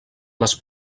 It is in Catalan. les